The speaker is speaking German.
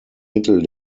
mittel